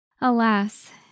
Alas